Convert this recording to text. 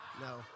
no